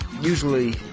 usually